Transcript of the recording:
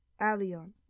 Alion